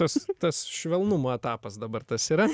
tas tas švelnumo etapas dabar tas yra